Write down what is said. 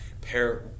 pair